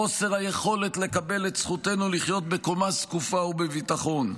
חוסר היכולת לקבל את זכותנו לחיות בקומה זקופה ובביטחון,